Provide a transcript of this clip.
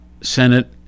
Senate